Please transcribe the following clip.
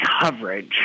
coverage